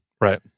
right